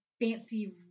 fancy